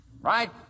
right